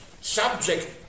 subject